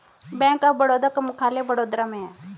bank of Baroda का मुख्यालय वडोदरा में है